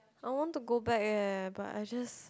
I want to go back eh but I just